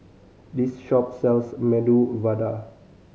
this shop sells Medu Vada